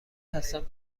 هستم